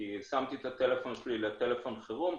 כי אני רשמתי את הטלפון שלי כטלפון חירום.